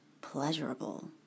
pleasurable